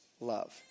love